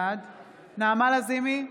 בעד נעמה לזימי,